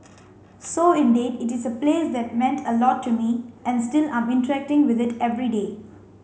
so indeed it is a place that meant a lot to me and still I'm interacting with it every day